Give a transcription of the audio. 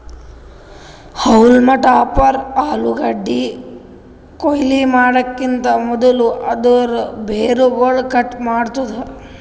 haulm topper ಆಲೂಗಡ್ಡಿ ಕೊಯ್ಲಿ ಮಾಡಕಿಂತ್ ಮದುಲ್ ಅದೂರ್ ಬೇರುಗೊಳ್ ಕಟ್ ಮಾಡ್ತುದ್